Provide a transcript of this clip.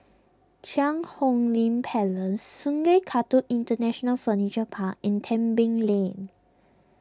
Cheang Hong Lim Place Sungei Kadut International Furniture Park and Tebing Lane